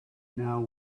now